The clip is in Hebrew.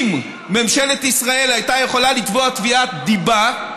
אם ממשלת ישראל הייתה יכולה לתבוע תביעת דיבה,